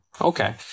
Okay